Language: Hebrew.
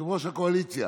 יושב-ראש הקואליציה